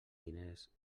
diners